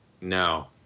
No